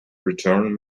return